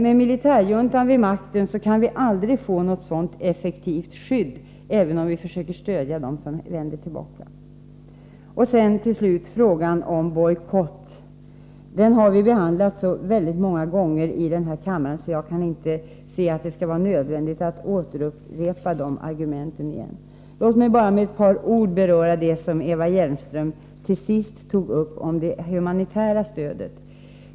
Med militärjuntan vid makten kan vi aldrig få något sådant effektivt skydd, även om vi försöker stödja dem som vänder hem. Till slut frågan om bojkott. Den frågan har behandlats så många gånger i den här kammaren att jag inte kan se det nödvändigt att upprepa argumenten nu. Låt mig bara med ett par ord beröra det som Eva Hjelmström till sist tog upp, nämligen det humanitära stödet.